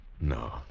no